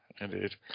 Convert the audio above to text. indeed